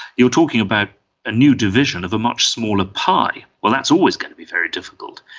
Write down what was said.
you're talking about a new division of a much smaller pie. well, that's always going to be very difficult.